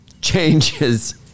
changes